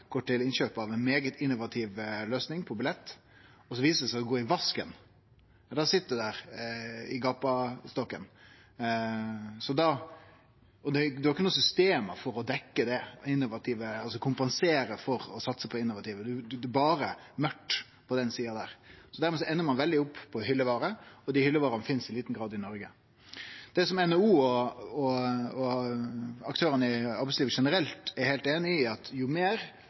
så viser det seg å gå i vasken, sit ein i gapestokken. Og ein har ikkje noko system for å kompensere for å satse på innovative løysingar. Det er berre mørkt på den sida. Dermed endar ein veldig ofte opp med hyllevare, og dei hyllevarene finst i liten grad i Noreg. Det som NHO og aktørane i arbeidslivet generelt er heilt einige om, er at jo meir